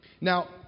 Now